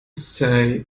say